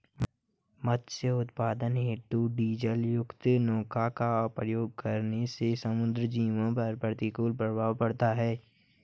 मत्स्य उत्पादन हेतु डीजलयुक्त नौका का प्रयोग होने से समुद्री जीवों पर प्रतिकूल प्रभाव पड़ता है